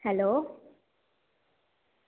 hello